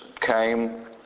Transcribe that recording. came